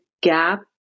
gap